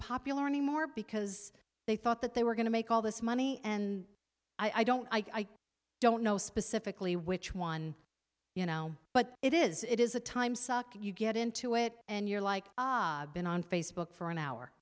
popular anymore because they thought that they were going to make all this money and i don't i don't know specifically which one you know but it is it is a time suck you get into it and you're like i been on facebook for an hour